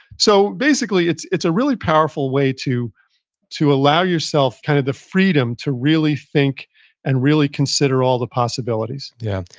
so basically, it's a really powerful way to to allow yourself kind of the freedom to really think and really consider all the possibilities yeah.